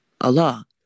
Allah